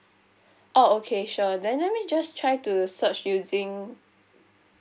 oh okay sure then let me just try to search using